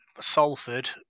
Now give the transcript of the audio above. Salford